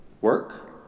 work